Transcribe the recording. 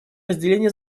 разделения